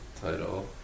Title